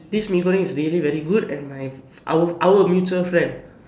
this Mee-Goreng is really very good and my our our mutual friend